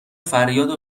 فریاد